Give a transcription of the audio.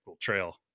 trail